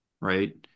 right